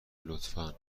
لطفا